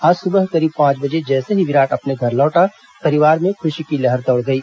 आज सुबह करीब पांच बजे जैसे ही विराट अपने घर लौटा परिवार में खूशी की लहर दौड़ गई